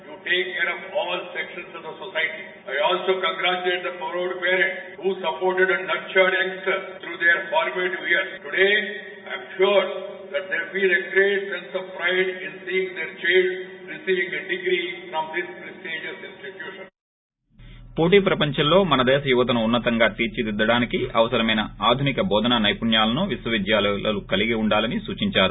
byte Venkaiah Naidu పోటీ ప్రపంచంలో మన దేశ యువతను ఉన్న తంగా తీర్చి దిద్దటానికి అవసరమైన ఆధునిక భోదనా నైపుణ్యాలను విశ్వవిద్యాలయాలు కలిగి ఉండాలని సూచించారు